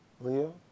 Leo